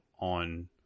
on